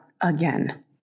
again